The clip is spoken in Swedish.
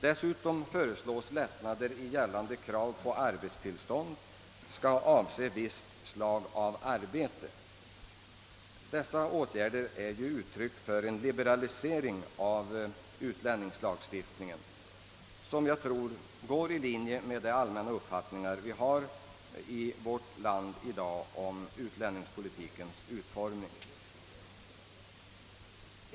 Dessutom föreslås lättnader i gällande krav på arbetstillstånd då det gäller visst slag av arbete. Dessa åtgärder är uttryck för en liberalisering av utlänningslagstiftningen, som jag tror ligger i linje med den allmänna uppfattningen i vårt land om utlänningspolitikens utformning.